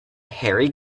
harry